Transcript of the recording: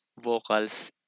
vocals